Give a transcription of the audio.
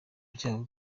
byabo